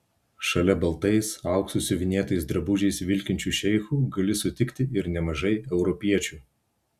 šalia baltais auksu siuvinėtais drabužiais vilkinčių šeichų gali sutikti ir nemažai europiečių